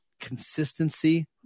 consistency